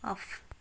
of